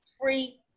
free